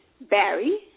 Barry